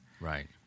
right